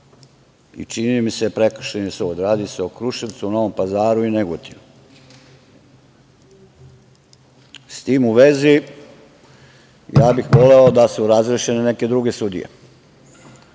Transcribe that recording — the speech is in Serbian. i, čini mi se, prekršajni sud. Radi se o Kruševcu, Novom Pazaru i Negotinu.S tim u vezi, ja bih voleo da su razrešene neke druge sudije.